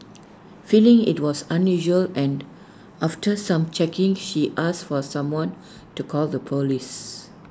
feeling IT was unusual and after some checking she asked for someone to call the Police